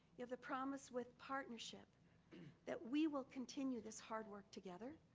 you have the promise with partnership that we will continue this hard work together.